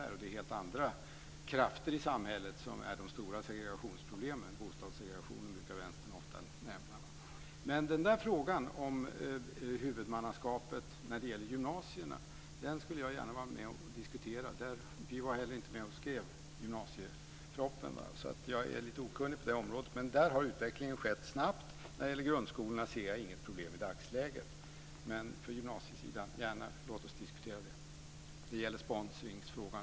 Det är helt andra krafter i samhället som är de stora segregationsproblemen, t.ex. bostadssegregationen som Vänstern ofta brukar nämna. Frågan om huvudmannaskapet när det gäller gymnasierna skulle jag gärna vara med och diskutera. Vi var inte med och skrev gymnasiepropositionen så jag är litet okunnig på det området. Där har utvecklingen skett snabbt. När det gäller grundskolan ser jag inget problem i dagsläget. Men låt oss gärna diskutera gymnasiesidan. Det gäller också sponsringsfrågan.